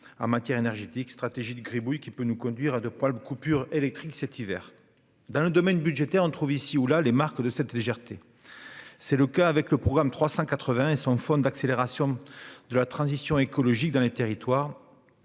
en matière énergétique- une stratégie de Gribouille qui nous conduira à de probables coupures électriques cet hiver ... Dans le domaine budgétaire, on trouve ici et là les marques de cette légèreté. C'est le cas avec le programme 380, « Fonds d'accélération de la transition écologique dans les territoires